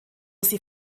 sie